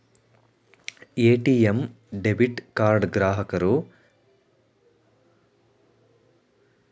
ATM debit card ಗ್ರಾಹಕರು ಕಳೆದುಕೊಂಡಾಗ ಅದನ್ನ ಬ್ಯಾಂಕ್ ಅಧಿಕಾರಿಗೆ ವರದಿ ಮಾಡಬೇಕು